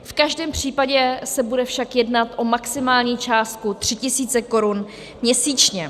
V každém případě se bude však jednak o maximální částku 3 tis. korun měsíčně.